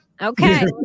okay